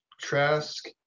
Trask